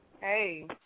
Hey